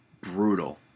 brutal